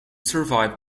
survive